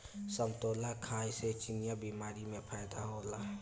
समतोला खाए से चिनिया बीमारी में फायेदा होला